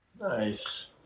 Nice